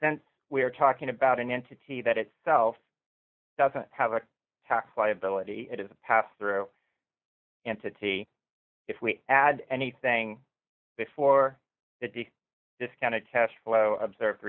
since we are talking about an entity that itself doesn't have a tax liability it is a pass through entity if we add anything before it the discounted cash flow observe